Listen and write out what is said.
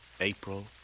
April